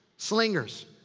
slingers.